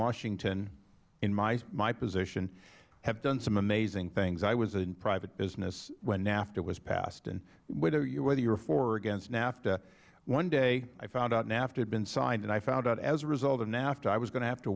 washington in my position have done some amazing things i was in private business when nafta was passed and whether you were for or against nafta one day i found out nafta had been signed and i found out as a result of nafta i was going to have to